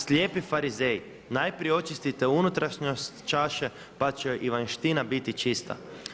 Slijepi farizeji, najprije očistite unutrašnjoj čaše pa će i vanjština biti čista.